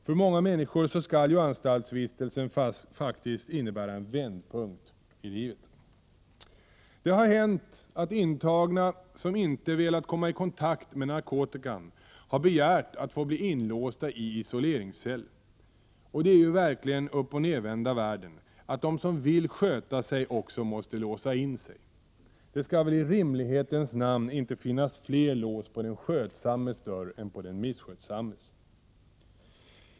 För många människor skall ju anstaltsvistelsen faktiskt innebära en vändpunkt i livet. Det har hänt att intagna som inte velat komma i kontakt med narkotika har begärt att få bli inlåsta i isoleringscell. Och det är ju verkligen uppochnedvända världen att de som vill sköta sig också måste låsa in sig. Det skall väl i rimlighetens namn inte finnas fler lås .på den skötsammes dörr än på den misskötsammes.